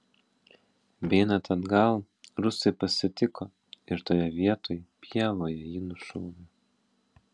beeinant atgal rusai pasitiko ir toje vietoj pievoje jį nušovė